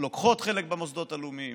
לוקחות חלק במוסדות הלאומיים,